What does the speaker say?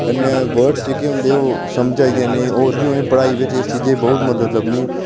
कन्नै वर्ड जेह्के होंदे न ओह् समझ आई जाने और बी पढ़ाई बिच उ'नें ई इस चीजा दी बहुत मदद लब्भनी